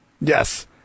Yes